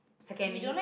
secondly